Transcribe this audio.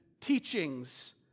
teachings